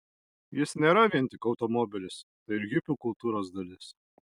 jis nėra vien tik automobilis tai ir hipių kultūros dalis